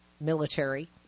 military